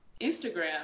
Instagram